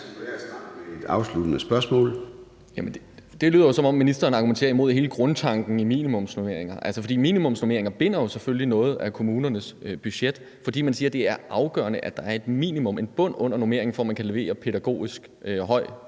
Det lyder, som om ministeren taler imod hele grundtanken i minimumsnormeringer. For minimumsnormeringer binder selvfølgelig noget af kommunernes budget, fordi man siger, at det er afgørende, at der er en bund under normeringen, for at man kan levere pædagogisk højt